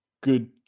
good